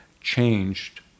changed